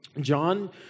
John